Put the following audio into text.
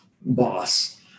Boss